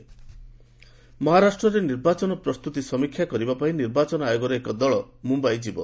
EC poll ମହାରାଷ୍ଟ୍ରରେ ନିର୍ବାଚନ ପ୍ରସ୍ତୁତି ସମୀକ୍ଷା କରିବା ପାଇଁ ନିର୍ବାଚନ ଆୟୋଗର ଏକ ଦଳ ମୁମ୍ବାଇ ଯିବ